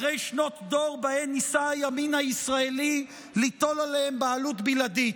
אחרי שנות דור שבהן ניסה הימין הישראלי ליטול עליהם בעלות בלעדית,